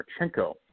Marchenko